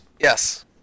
Yes